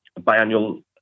biannual